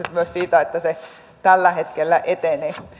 myös siitä että se tällä hetkellä etenee